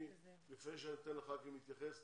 לפני שאני אתן לחברי הכנסת להתייחס,